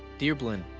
dear blynn,